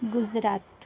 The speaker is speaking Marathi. गुजरात